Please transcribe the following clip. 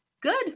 good